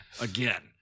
again